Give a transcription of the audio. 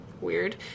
Weird